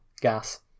gas